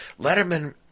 Letterman